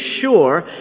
sure